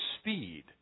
speed